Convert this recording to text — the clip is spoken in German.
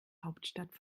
hauptstadt